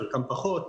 בחלקם פחות,